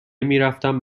میرفتم